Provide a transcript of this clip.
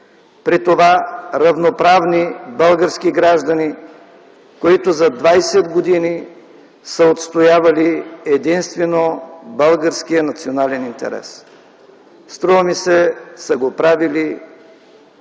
при това равноправни български граждани, които за 20 години са отстоявали единствено българския национален интерес. Струва ми се са го правили